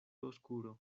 oscuro